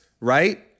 right